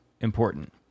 important